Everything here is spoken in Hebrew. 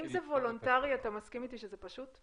אם זה וולונטרי, אתה מסכים איתי שזה פשוט?